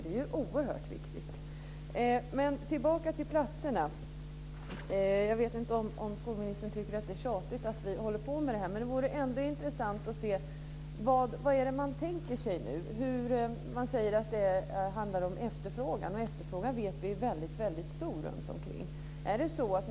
Det är oerhört viktigt. Jag går tillbaka till frågan om platserna. Jag vet inte om skolministern tycker att det är tjatigt att vi pratar om detta. Det vore intressant att se hur man tänker sig detta. Det handlar om efterfrågan. Vi vet att efterfrågan är stor.